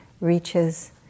reaches